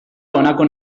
honako